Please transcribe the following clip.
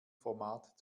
format